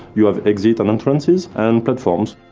you have exit and entrances, and platforms.